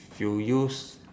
you use